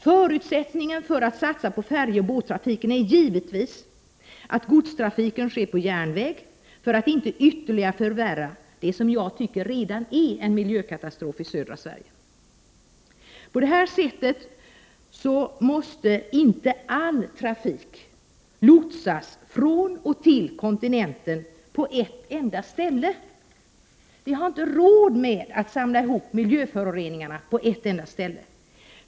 Förutsättningen för att satsa på färjeoch båttrafiken är givetvis att godstrafiken sker på järnväg för att inte ytterligare förvärra det som jag tycker redan är en miljökatastrof i södra Sverige. Då behöver inte all trafik från och till kontinenten lotsas över på ett enda ställe. Vi har inte råd att samla ihop miljöföroreningarna på en enda plats.